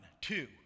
two